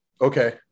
Okay